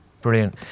brilliant